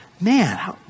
Man